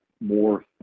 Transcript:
more